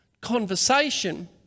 conversation